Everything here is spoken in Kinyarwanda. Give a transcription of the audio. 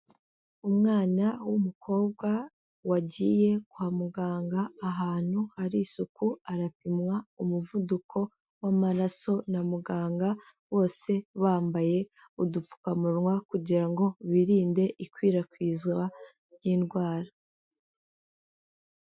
Umwana w'umukobwa wagiye kwa muganga ahantu hari isuku arapimwa umuvuduko w'amaraso na muganga, bose bambaye udupfukamunwa kugira ngo birinde ikwirakwizwa ry'indwara.